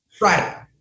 Right